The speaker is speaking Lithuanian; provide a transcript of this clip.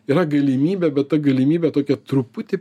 yra galimybė bet ta galimybė tokia truputį